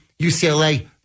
UCLA